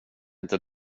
inte